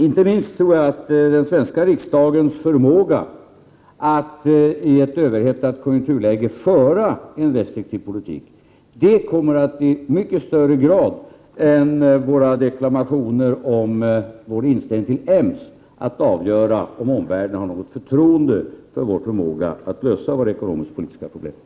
Jag tror att den svenska riksdagens förmåga att i ett överhettat konjunkturläge föra en restriktiv politik i mycket högre grad än våra deklarationer om vår inställning till EMS kommer att avgöra om omvärlden får något förtroende för våra möjligheter att lösa de ekonomisk-politiska problemen.